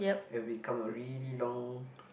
we've become a really long